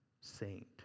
saint